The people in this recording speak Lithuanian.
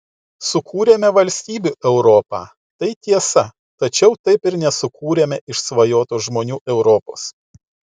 sukūrėme valstybių europą tai tiesa tačiau taip ir nesukūrėme išsvajotos žmonių europos